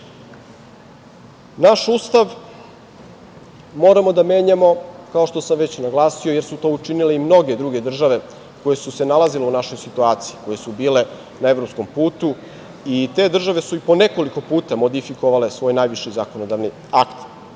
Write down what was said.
Ustav moramo da menjamo, kao što sam već i naglasio, jer su to učinile i mnoge druge države koje su se nalazile u našoj situaciji, koje su bile na evropskom putu. I te države su i po nekoliko puta modifikovale svoj najviši zakonodavni akt.